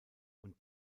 und